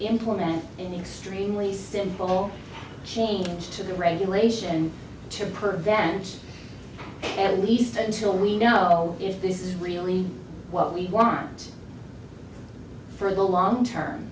important in the extremely simple change to the regulation to prevent and least until we know if this is really what we want for the long term